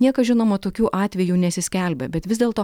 niekas žinoma tokių atveju nesiskelbia bet vis dėlto